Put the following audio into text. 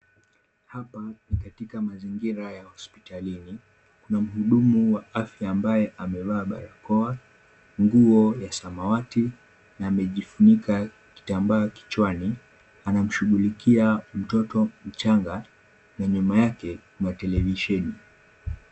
Hapa ni katika mazingira ya hospitalini kuna mhudumu wa afya ambaye amevaa barakoa, nguo ya samawati na amejifunika kitambaa kichwani. Anamshughulikia mtoto mchanga na nyuma yake kuna televisheni.